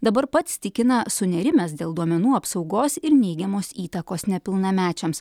dabar pats tikina sunerimęs dėl duomenų apsaugos ir neigiamos įtakos nepilnamečiams